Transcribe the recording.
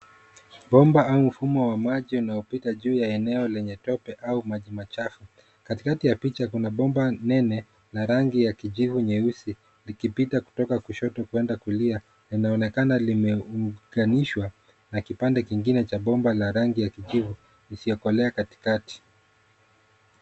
Bomba au mfumo wa maji yanayopita juu ya eneo lenye tope au maji machafu. Katikati ya picha kuna bomba nene, na rangi ya kijivu nyeusi, likipita kutoka kushoto kwenda kulia. Inaonekana limeunganishwa na kipande kingine cha bomba la rangi ya kijivu, isiokolea katikati.